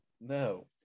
No